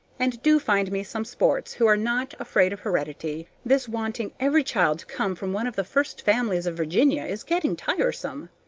and do find me some sports who are not afraid of heredity. this wanting every child come from one of the first families of virginia is getting tiresome.